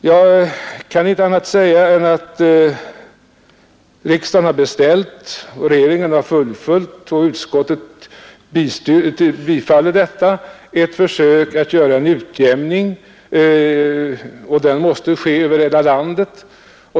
Jag kan inte säga annat än att riksdagen har förra året beställt, regeringen nu föreslagit och utskottet tillstyrkt detta, som är ett försök att göra en utjämning. Den måste ske över hela landet.